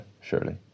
surely